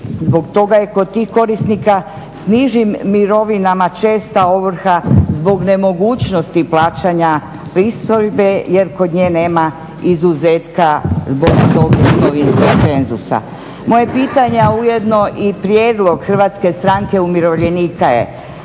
Zbog toga je kod tih korisnika s nižim mirovinama česta ovrha zbog nemogućnosti plaćanja pristojbe jer kod nje nema izuzetka zbog tog imovinskog cenzusa. Moje pitanje, a ujedno i prijedlog HSU-a je zašto se